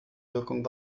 wirkung